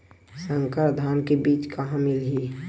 संकर धान के बीज कहां मिलही?